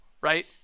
right